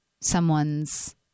someone's